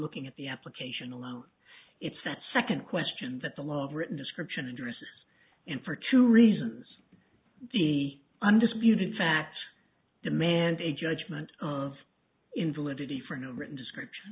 looking at the application alone it's that second question that the law of written description addresses and for two reasons the undisputed facts demand a judgment of invalidity for no written description